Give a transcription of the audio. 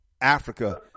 Africa